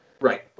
Right